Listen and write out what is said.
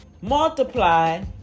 multiply